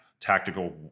tactical